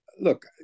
Look